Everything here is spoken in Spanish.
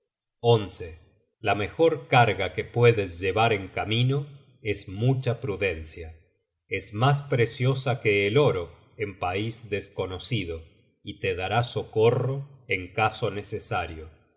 otro la mejor carga que puedes llevar en camino es mucha prudencia es mas preciosa que el oro en pais desconocido y te dará socorro en caso necesario que